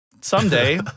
Someday